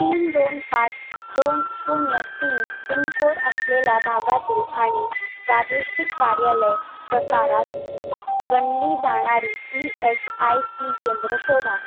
तीन दोन पाच दोन शून्य तीन पिनकोड असलेल्या भागातील आणि प्रादेशिक कार्यालय प्रकारात गणली जाणारी ई एस आय सी केंद्रं शोधा